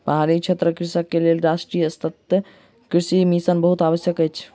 पहाड़ी क्षेत्रक कृषक के लेल राष्ट्रीय सतत कृषि मिशन बहुत आवश्यक अछि